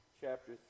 chapter